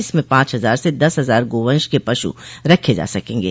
इसमें पांच हजार से दस हजार गोवंश के पशु रखे जा सकेंगे